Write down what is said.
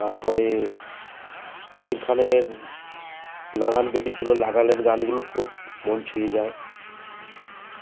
তারপরে আমির খানের লাগান বেরিয়েছিলো লাগানের গানগুলো খুব মন ছুঁয়ে যায়